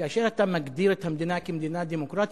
כאשר אתה מגדיר את המדינה כמדינה דמוקרטית,